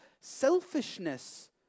selfishness